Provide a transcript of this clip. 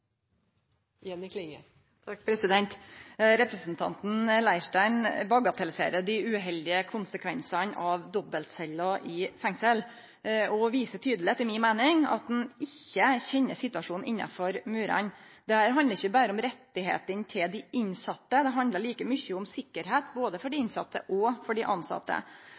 Representanten Leirstein bagatelliserer dei uheldige konsekvensane av dobbeltceller i fengsel og viser tydeleg, etter mi meining, at han ikkje kjenner situasjonen innanfor murane. Dette handlar ikkje berre om rettane til dei innsette, det handlar like mykje om sikkerheit – både for dei innsette og dei